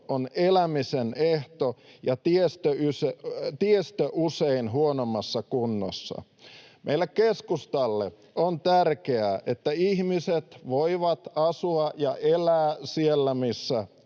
on elämisen ehto ja tiestö usein huonommassa kunnossa. Meille keskustalle on tärkeää, että ihmiset voivat asua ja elää siellä, missä